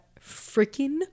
freaking